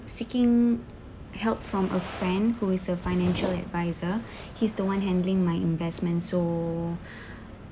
seeking help from a friend who is a financial adviser he's the one handling my investment so